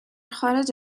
خارج